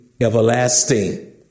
everlasting